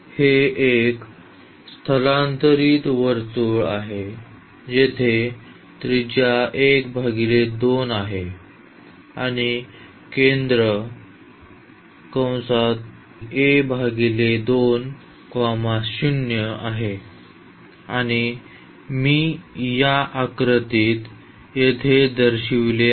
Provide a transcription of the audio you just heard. हे एक स्थलांतरित वर्तुळ आहे जेथे त्रिज्या आहे आणि केंद्र आहे आणि मी या आकृतीत येथे दर्शविले आहे